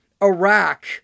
Iraq